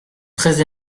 très